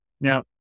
Now